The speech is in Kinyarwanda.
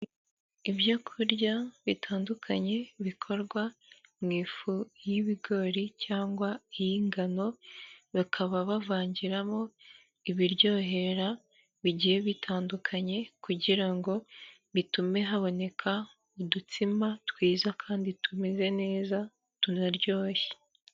Ibyo kurya bitandukanye bikorwa mu ifu y'ibigori cyangwa iy'ingano, bakaba bavangiramo ibiryohera bigiye bitandukanye kugira ngo bitume haboneka udutsima twiza kandi tumeze neza tunaryoshye.